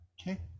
Okay